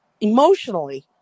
emotionally